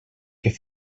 què